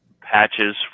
patches